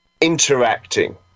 interacting